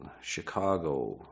Chicago